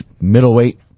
middleweight